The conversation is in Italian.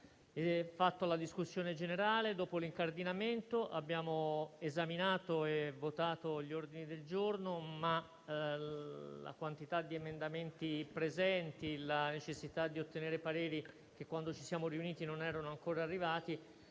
svolto la discussione generale, dopo l'incardinamento, e abbiamo esaminato e votato gli ordini del giorno. Tuttavia la quantità di emendamenti presentati e la necessità di ottenere pareri che, quando ci siamo riuniti, non erano ancora arrivati